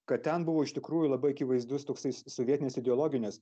kad ten buvo iš tikrųjų labai akivaizdus toksai sovietinės ideologinės